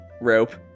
rope